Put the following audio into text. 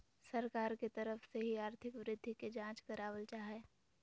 सरकार के तरफ से ही आर्थिक वृद्धि के जांच करावल जा हय